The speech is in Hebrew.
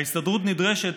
ההסתדרות נדרשת,